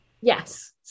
Yes